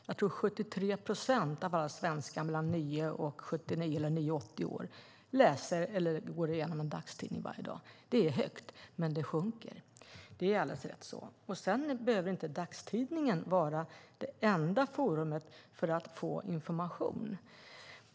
Jag tror att 73 procent av alla svenskar mellan 9 och 80 år läser eller går igenom en dagstidning varje dag. Det är högt, men det är alldeles riktigt att det sjunker. Sedan behöver inte dagstidningen vara det enda forumet för att få information.